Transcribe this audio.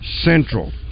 Central